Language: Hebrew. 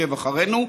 שעוקב אחרינו: